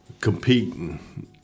competing